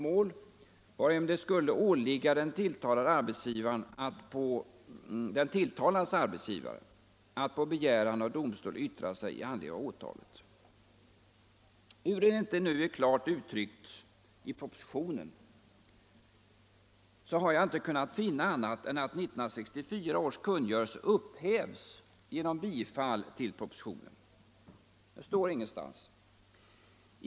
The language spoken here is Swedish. — Det kan ju ha skett. Ehuru det nu inte är klart uttryckt i propositionen har jag inte kunnat finna annat än att 1964 års kungörelse upphävs genom bifall till propositionen. Det står ingenstans.